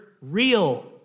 real